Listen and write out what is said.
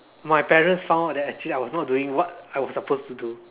my parents found out that actually I was not doing what I was supposed to do